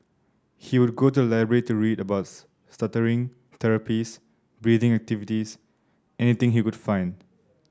he would go to the library to read about stuttering therapies breathing activities anything he would find